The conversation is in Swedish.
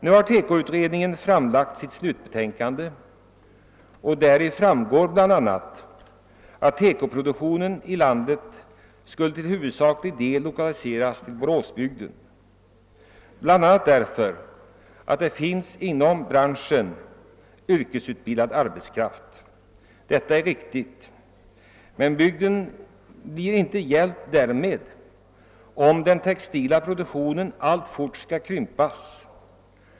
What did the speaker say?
Nu har TEKO-utredningen framlagt sitt slutbetänkande, varav bl.a. framgår att TEKO-produktionen i landet till huvudsaklig del skulle lokaliseras just till Boråsbygden på grund av att det där finns för branschen yrkesutbildad arbetskraft. Detta är riktigt. Men bygden blir inte hjälpt därmed, om den textila produktionen alltfort skall krympas.